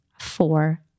four